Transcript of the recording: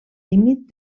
límit